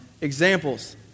examples